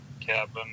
cabin